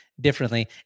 differently